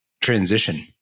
transition